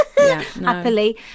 happily